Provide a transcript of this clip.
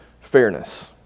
fairness